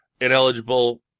ineligible